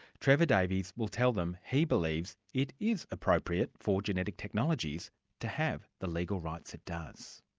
trevor davies will tell them he believes it is appropriate for genetic technologies to have the legal rights it does.